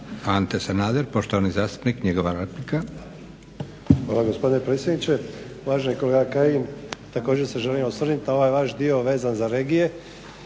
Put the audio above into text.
Ante Sanader poštovani zastupnik, njegova replika. **Sanader, Ante (HDZ)** Hvala gospodine predsjedniče. Uvaženi kolega Kajin, također se želim osvrnuti na ovaj vaš dio vezan za regije